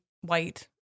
white